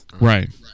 Right